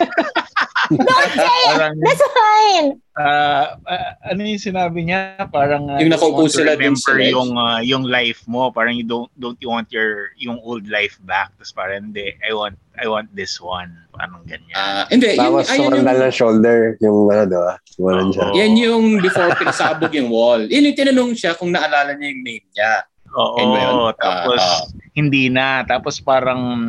Don't say it! Parang- That's fine! Ah, ah, ano yung sinabi niya? Parang, Yung uh, you nakaupo want to sila dun remember sa ledge? yung, uh, yung life mo. Parang you don't- don't you want your- yung old life back? Tapos parang, "Hindi, I want- I want this one." Anong ganyan. Ah, hindi, yung- Bawas ayun sumandal yung- ng shoulder, yung wala, diba? Wala siya. Yan yung before pinasabog yung wall. Yun yung tinanong siya kung naalala niya yung name niya. Oo, And ngayon, tapos ah, ah. hindi na. Tapos parang-